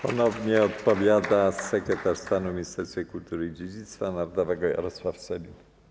Ponownie odpowiada sekretarz stanu w Ministerstwie Kultury i Dziedzictwa Narodowego Jarosław Sellin.